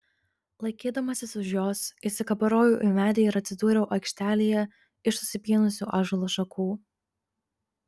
laikydamasis už jos įsikabarojau į medį ir atsidūriau aikštelėje iš susipynusių ąžuolo šakų